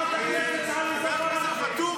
חברת הכנסת עליזה בראשי.